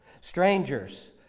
strangers